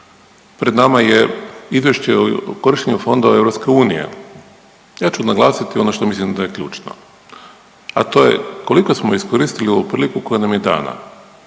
pred nama je Izvješće o korištenju fondova EU. Ja ću naglasiti ono što mislim da je ključno, a to je koliko smo iskoristili ovu priliku koja nam je dana.